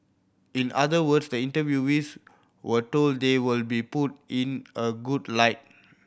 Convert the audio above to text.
in other words the interviewees were told they will be put in a good light